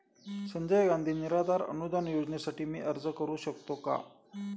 संजय गांधी निराधार अनुदान योजनेसाठी मी अर्ज करू शकतो का?